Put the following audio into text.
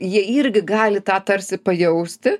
jie irgi gali tą tarsi pajausti